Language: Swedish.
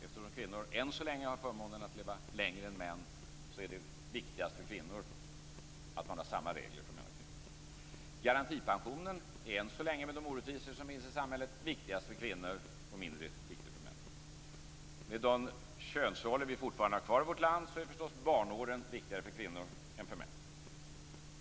Eftersom kvinnor än så länge har förmånen att leva längre än män, är det viktigast för kvinnor att man har samma regler för män och kvinnor. Garantipensionen är än så länge med de orättvisor som finns i samhället viktigast för kvinnor och mindre viktig för männen. Med de könsroller som vi fortfarande har kvar i vårt land är förstås barnåren viktigare för kvinnor än för män.